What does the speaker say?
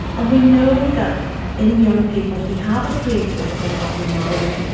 and we know that in young people who have a pre-existing abnormality,